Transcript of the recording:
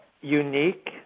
unique